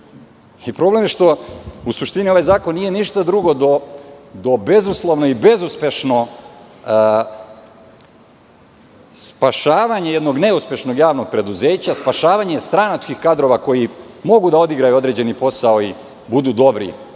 Srbije. Problem je što, u suštini ovaj zakon nije ništa drugo do bezuspešnog spašavanja jednog neuspešnog javnog preduzeća, spašavanja stranačkih kadrova koji mogu da odigraju određebni posao i budu dobri